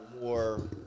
more